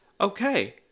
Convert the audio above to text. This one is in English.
okay